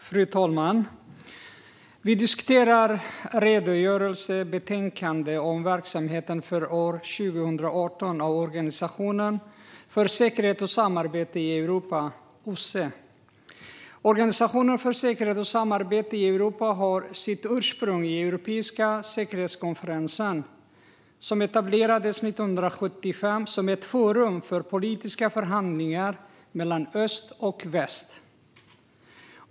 Fru talman! Vi diskuterar en redogörelse och ett betänkande om verksamheten för år 2018 av Organisationen för säkerhet och samarbete i Europa, OSSE. Organisationen för säkerhet och samarbete i Europa har sitt ursprung i Europeiska säkerhetskonferensen, som etablerades 1975 som ett forum för politiska förhandlingar mellan öst och väst.